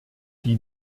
die